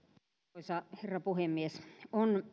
arvoisa herra puhemies on